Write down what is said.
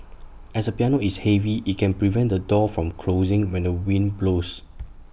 as A piano is heavy IT can prevent the door from closing when the wind blows